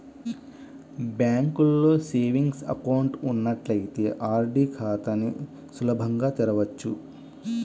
బ్యాంకులో savings account ఉన్నట్లయితే RD ఖాతాని సులభంగా తెరవచ్చు